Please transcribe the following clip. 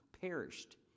perished